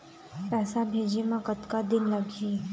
पैसा भेजे मे कतका दिन लगही?